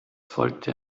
folgte